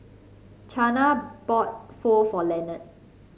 Chana bought Pho for Leonard